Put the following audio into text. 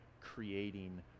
creating